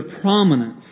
prominence